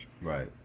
Right